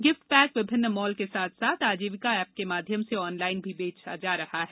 gift pack विभिन्न mall के साथ साथ आजीविका एप के माध्यम से ऑनलाइन भी बेचा जा रहा है